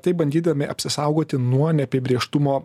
taip bandydami apsisaugoti nuo neapibrėžtumo